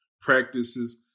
practices